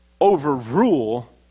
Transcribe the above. overrule